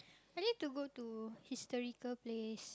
I need to go to historical place